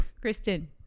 Kristen